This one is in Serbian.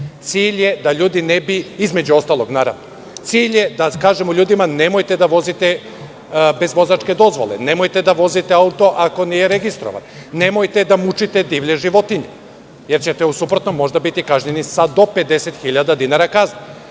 Cilj je da ljudi ne bi između ostalog naravno, cilj je da kažemo ljudima nemojte da vozite bez vozačke dozvole, nemojte da vozite auto ako nije registrovano, nemojte da mučite divlje životinje, jer ćete u suprotnom možda biti kažnjeni sa do 50.000 dinara kazni. Meni